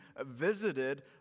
visited